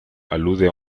alude